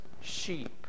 sheep